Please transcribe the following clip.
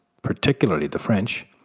particularly the french,